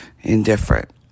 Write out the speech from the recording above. Indifferent